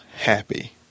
happy